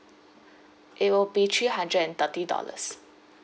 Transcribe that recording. it will be three hundred and thirty dollars